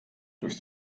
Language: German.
durch